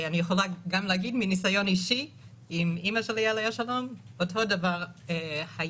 אני יכולה להגיד גם מניסיון אישי עם אימא שלי עה"ש אותו דבר היה.